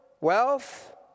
Wealth